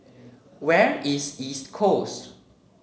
where is East Coast